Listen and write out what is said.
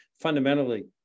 fundamentally